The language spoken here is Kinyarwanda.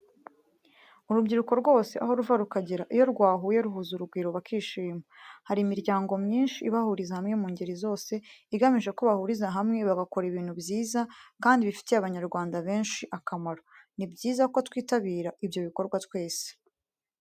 Urubyiruko rwose aho ruva rukagera iyo rwahuye ruhuza urugwiro bakishima. Hari imiryango myinshi ibahuriza hamwe mu ngeri zose, igamije ko bahuriza hamwe bagakora ibintu byiza kandi bifitiye Abanyarwanda benshi akamaro. Ni byiza ko twitabira ibyo bikorwa twese.